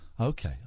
Okay